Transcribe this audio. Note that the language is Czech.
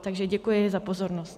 Takže děkuji za pozornost.